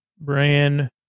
Brian